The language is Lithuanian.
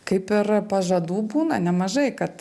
kaip ir pažadų būna nemažai kad